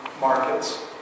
markets